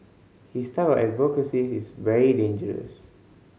his type of advocacy is very dangerous